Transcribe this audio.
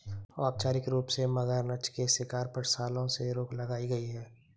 औपचारिक रूप से, मगरनछ के शिकार पर, सालों से रोक लगाई गई है